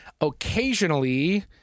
occasionally